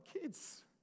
kids